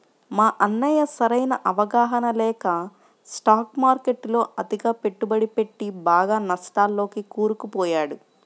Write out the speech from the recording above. మా అన్నయ్య సరైన అవగాహన లేక స్టాక్ మార్కెట్టులో అతిగా పెట్టుబడి పెట్టి బాగా నష్టాల్లోకి కూరుకుపోయాడు